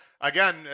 again